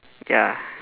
ya